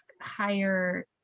higher